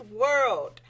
world